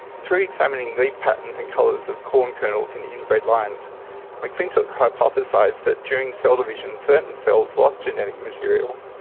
through examining leaf patterns and colours of corn kernels in inbred lines mcclintock hypothesised that during cell division certain cells lost genetic material,